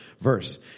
verse